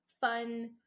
fun